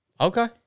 Okay